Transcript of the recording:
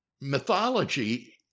mythology